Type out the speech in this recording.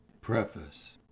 Preface